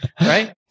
right